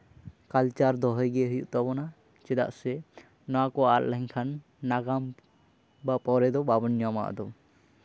culture ᱫᱚᱦᱚᱭ ᱜᱮ ᱦᱩᱭᱩᱜ ᱛᱟᱵᱚᱱᱟ ᱪᱮᱫᱟᱜ ᱥᱮ ᱱᱚᱣᱟ ᱠᱚ ᱟᱫ ᱞᱮᱱᱠᱷᱟᱱ ᱱᱟᱜᱟᱢ ᱵᱟ ᱯᱚᱨᱮ ᱫᱚ ᱵᱟᱵᱚᱱ ᱧᱟᱢᱟ ᱟᱫᱚ